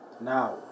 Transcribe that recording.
Now